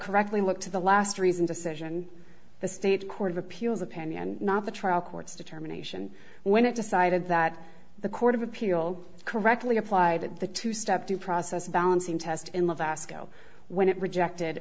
correctly look to the last reason decision the state court of appeals opinion not the trial court's determination when it decided that the court of appeal correctly applied the two step due process balancing test in the vasco when it rejected